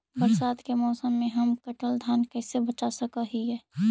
बरसात के मौसम में हम कटल धान कैसे बचा सक हिय?